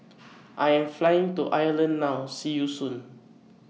I Am Flying to Ireland now See YOU Soon